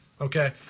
Okay